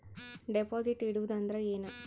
Deposit ಇಡುವುದು ಅಂದ್ರ ಏನ?